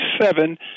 seven